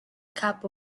cap